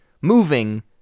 moving